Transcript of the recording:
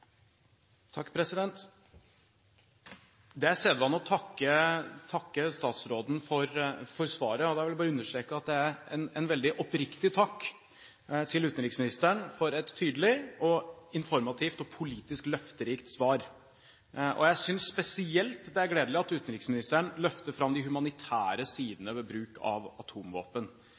sedvane å takke statsråden for svaret. Jeg vil bare understreke at det er en veldig oppriktig takk for et tydelig, informativt og politisk løfterikt svar. Jeg synes spesielt det er gledelig at utenriksministeren løfter fram de humanitære sidene ved bruk av atomvåpen.